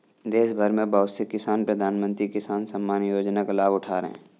देशभर में बहुत से किसान प्रधानमंत्री किसान सम्मान योजना का लाभ उठा रहे हैं